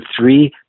three